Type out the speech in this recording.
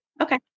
Okay